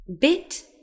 Bit